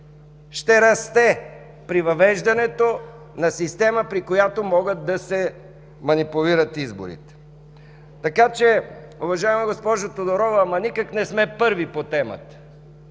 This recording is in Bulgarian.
ще расте при въвеждането на система, при която могат да се манипулират изборите? Така че, уважаема госпожо Тодорова, никак не сме първи по темата.